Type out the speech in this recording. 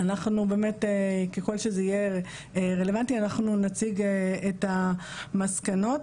ככל שזה יהיה רלוונטי, אנחנו נציג את המסקנות.